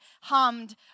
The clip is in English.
hummed